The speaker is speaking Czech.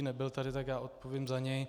Nebyl tady, tak odpovím za něj.